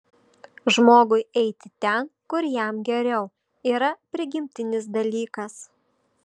žmogui eiti ten kur jam geriau yra prigimtinis dalykas